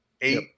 eight